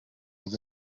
was